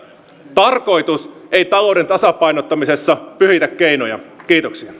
tarkoitus ei talouden tasapainottamisessa pyhitä keinoja kiitoksia